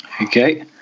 Okay